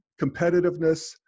competitiveness